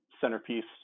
centerpiece